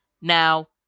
Now